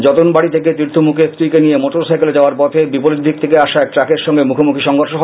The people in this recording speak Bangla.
যতনবাডি থেকে তীর্থমুখে স্ত্রীকে নিয়ে মোটরসাইকেলে যাওয়ার পখে বিপরীত দিক থেকে আসা একটি ট্রাকের সঙ্গে মুখোমুখি সংঘর্ষ হয়